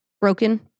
Broken